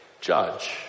judge